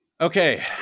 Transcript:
Okay